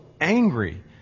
angry